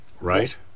Right